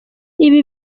ibi